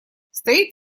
стоит